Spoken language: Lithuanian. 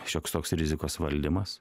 šioks toks rizikos valdymas